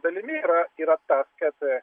dalimi yra yra tas kad